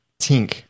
tink